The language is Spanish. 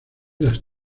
las